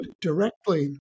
directly